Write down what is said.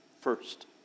first